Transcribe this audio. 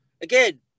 again